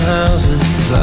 houses